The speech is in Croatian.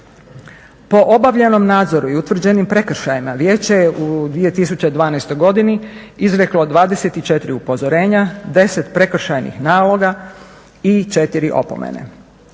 Po obavljenom nadzoru i utvrđenim prekršajima Vijeće je u 2012. godini izreklo 24 upozorenja, 10 prekršajnih naloga i 4 opomene.